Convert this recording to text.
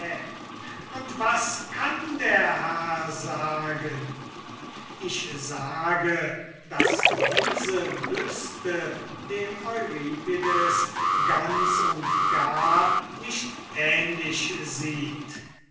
und was kann der herr sagen ich sage daß diese büste dem euripides ganz und gar nicht ähnlich sieht